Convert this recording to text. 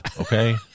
Okay